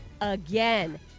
again